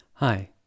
Hi